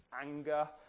anger